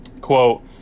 quote